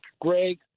Greg